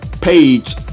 Page